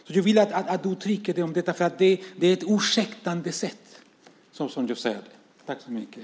Jag vill att du uttrycker dig om detta, för det är ett ursäktande sätt som jag ser det.